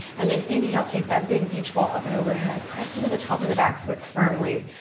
and then inhale, take that big beach ball up and overhead. press into the top of the back foot firmly.